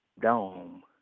dome